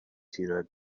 هیراد